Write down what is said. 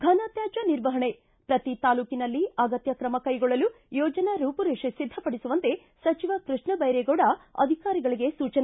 ಫನ ತ್ಯಾಜ್ಯ ನಿರ್ವಹಣೆ ಪ್ರತಿ ತಾಲ್ಲೂಕಿನಲ್ಲಿ ಅಗತ್ಯ ಕ್ರಮ ಕೈಗೊಳ್ಳಲು ಯೋಜನಾ ರೂಪುರೇಷ ಸಿದ್ಧಪಡಿಸುವಂತೆ ಸಚಿವ ಕೃಷ್ಣಬೈರೇಗೌಡ ಅಧಿಕಾರಿಗಳಿಗೆ ಸೂಚನೆ